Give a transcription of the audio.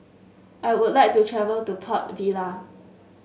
I would like to travel to Port Vila